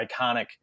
iconic